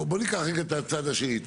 בוא ניקח רגע את הצד השני,